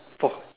for